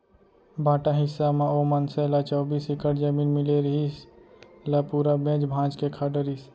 बांटा हिस्सा म ओ मनसे ल चौबीस एकड़ जमीन मिले रिहिस, ल पूरा बेंच भांज के खा डरिस